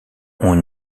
ont